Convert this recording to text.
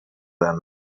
them